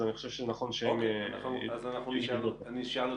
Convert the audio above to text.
אז אני חושב שנכון שהם --- אז אני אשאל אותו.